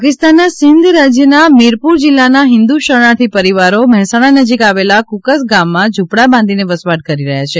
પાકિસ્તાનના સિંધ રાજ્યના મીરપુર જિલ્લાના હિન્દુ શરણાર્થી પરિવારો મહેસાણા નજીક આવેલા કુકસ ગામમાં ઝુપડાં બાંધીને વસવાટ કરી રહ્યા છે